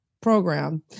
program